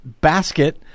basket